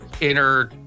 inner